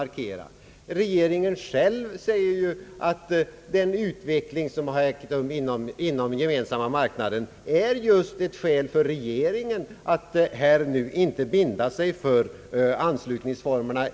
Regeringen själv säger, att den utveckling som ägt rum inom den gemensamma marknaden utgör ett skäl för regeringen att inte ens i dag binda sig för anslutningsformen.